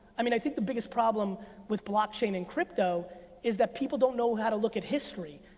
i mean, i think the biggest problem with blockchain and crypto is that people don't know how to look at history.